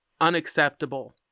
unacceptable